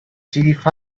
chief